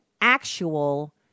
actual